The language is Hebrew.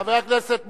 חבר הכנסת מולה,